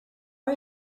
are